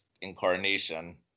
incarnation